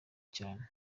cyane